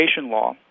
law